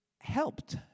helped